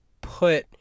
put